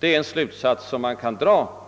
Det är en slutsats som man kan dra